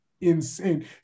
insane